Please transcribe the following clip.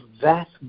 vast